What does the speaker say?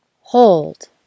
Hold